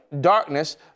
darkness